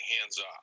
hands-off